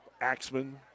Axman